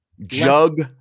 Jug